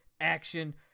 action